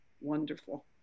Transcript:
wonderful